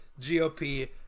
GOP